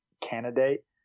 candidate